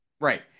Right